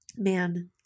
Man